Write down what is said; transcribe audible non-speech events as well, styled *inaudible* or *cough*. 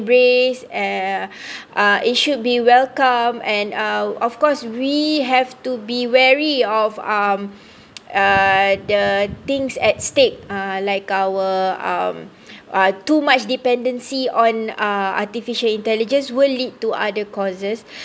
~brace and uh *breath* it should be welcome and uh of course we have to be wary of um *breath* *noise* uh the things at stake uh like our um uh *breath* too much dependancy on uh artificial intelligence will lead to other causes *breath*